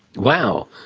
wow.